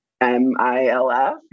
M-I-L-F